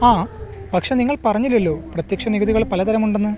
ആ പക്ഷേ നിങ്ങൾ പറഞ്ഞില്ലല്ലോ പ്രത്യക്ഷ നികുതികൾ പലതരമുണ്ടെന്ന്